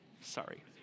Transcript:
Sorry